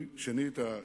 שנית,